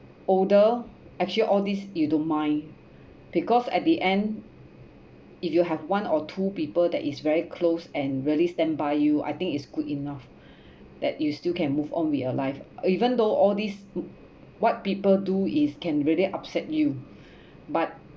older actually all these you don't mind because at the end if you have one or two people that is very close and really stand by you I think is good enough that you still can move on with your life even though all these what people do is can really upset you but